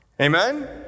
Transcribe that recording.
amen